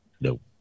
Nope